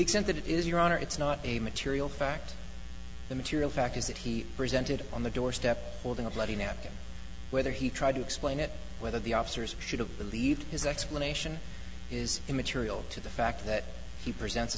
extent that it is your honor it's not a material fact the material fact is that he presented on the doorstep holding a bloody napkin whether he tried to explain it whether the officers should have believed his explanation is immaterial to the fact that he present